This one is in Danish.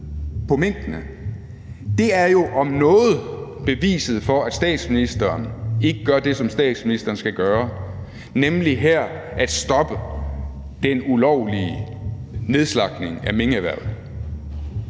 slå minkene ned, jo om noget beviset for, at statsministeren ikke gør det, som statsministeren skal gøre, nemlig her at stoppe den ulovlige nedslagtning af minkerhvervet.